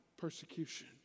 persecution